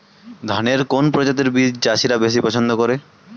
ধানের কোন প্রজাতির বীজ চাষীরা বেশি পচ্ছন্দ করে?